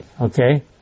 Okay